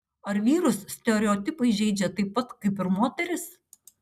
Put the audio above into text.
ar vyrus stereotipai žeidžia taip pat kaip ir moteris